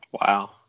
Wow